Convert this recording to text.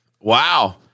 Wow